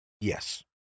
yes